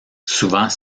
souvent